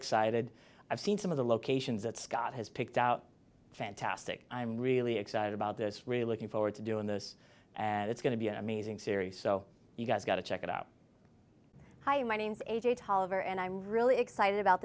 excited i've seen some of the locations that scott has picked out fantastic i'm really excited about this really looking forward to doing this and it's going to be i mean series so you guys got to check it out hi my name's a j tolliver and i'm really excited about